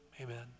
amen